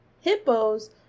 Hippos